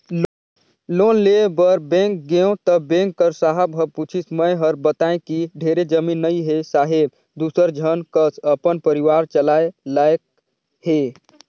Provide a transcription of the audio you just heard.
loan लेय बर bank गेंव त बेंक कर साहब ह पूछिस मै हर बतायें कि ढेरे जमीन नइ हे साहेब दूसर झन कस अपन परिवार चलाय लाइक हे